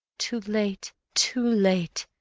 too late! too late.